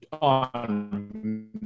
on